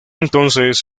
entonces